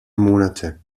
monate